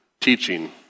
teaching